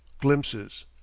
glimpses